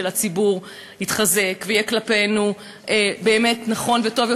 הציבור יתחזק ויהיה כלפינו נכון וטוב יותר?